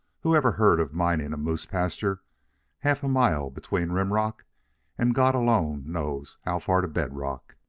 whoever heard of mining a moose-pasture half a mile between rim-rock and god alone knows how far to bed-rock!